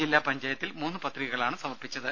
ജില്ലാ പഞ്ചായത്തിൽ മൂന്ന് പത്രികകളാണ് സമർപ്പിച്ചത്